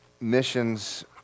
missions